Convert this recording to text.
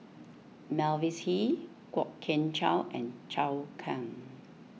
Mavis Hee Kwok Kian Chow and Zhou Can